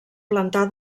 plantar